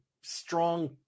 strong